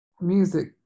music